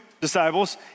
disciples